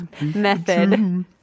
method